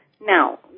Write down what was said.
Now